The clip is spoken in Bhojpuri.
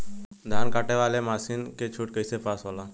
धान कांटेवाली मासिन के छूट कईसे पास होला?